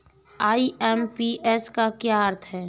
IMPS का क्या अर्थ है?